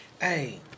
Hey